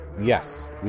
yes